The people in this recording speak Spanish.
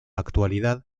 actualidad